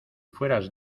fueras